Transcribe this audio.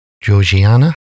Georgiana